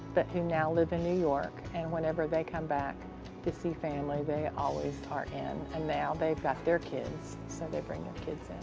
but who now live in new york, and whenever they come back to see family, they always are in and now they've got their kids, so they bring their kids in.